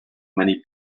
many